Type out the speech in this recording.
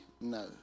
no